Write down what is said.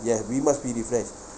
yes we must be refresh